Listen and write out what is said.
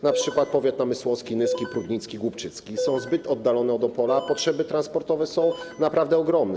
Na przykład powiaty: namysłowski, nyski, prudnicki, głubczycki są zbyt oddalone od Opola, a potrzeby transportowe są naprawdę ogromne.